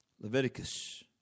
Leviticus